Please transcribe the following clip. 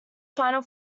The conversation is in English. final